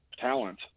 talent